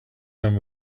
him